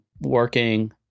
working